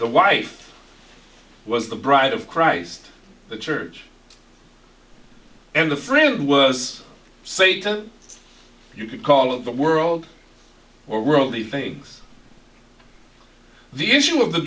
the wife was the bride of christ the church and the friend was satan you could call it the world or worldly things the issue of the